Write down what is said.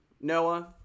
Noah